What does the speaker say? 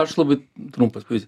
aš labai trumpas pavyzdys